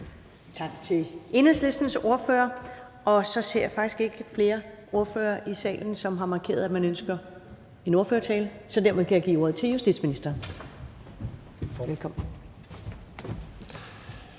Tak til Enhedslistens ordfører. Så ser jeg faktisk ikke flere ordførere i salen, som har markeret, at de ønsker at afgive en ordførertale, så dermed kan jeg give ordet til justitsministeren. Velkommen.